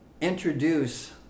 introduce